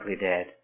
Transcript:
dead